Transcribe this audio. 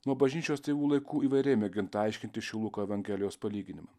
nuo bažnyčios tėvų laikų įvairiai mėginta aiškinti šį luko evangelijos palyginimą